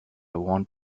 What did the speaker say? want